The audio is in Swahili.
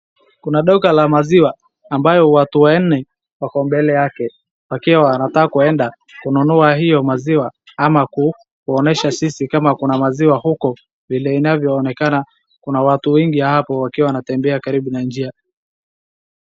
Kuna duka la maziwa ambayo watu wanne wako mbele yake wakiwa wanataka kuenda kununua hiyo maziwa ama kuonesha sisi kama kuna maziwa huko. Vile inavyoonekana kuna watu wengi hapo wakiwa wanatembea karibu na njia.